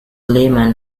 lyman